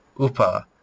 Upa